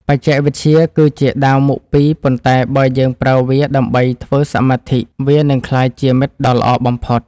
បច្ចេកវិទ្យាគឺជាដាវពីរមុខប៉ុន្តែបើយើងប្រើវាដើម្បីធ្វើសមាធិវានឹងក្លាយជាមិត្តដ៏ល្អបំផុត។